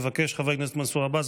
מבקש חבר הכנסת מנסור עבאס,